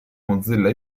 mozilla